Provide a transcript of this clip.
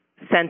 sent